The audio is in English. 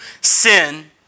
sin